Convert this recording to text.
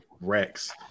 Rex